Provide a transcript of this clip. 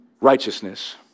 righteousness